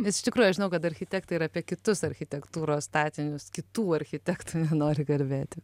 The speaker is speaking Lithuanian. nes iš tikrųjų aš žinau kad architektai ir apie kitus architektūros statinius kitų architektų nori kalbėti